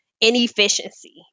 inefficiency